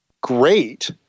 great